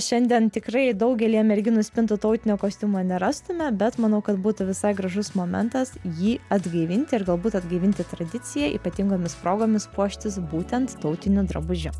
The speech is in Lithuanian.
šiandien tikrai daugelyje merginų spintų tautinio kostiumo nerastume bet manau kad būtų visai gražus momentas jį atgaivinti ir galbūt atgaivinti tradiciją ypatingomis progomis puoštis būtent tautiniu drabužiu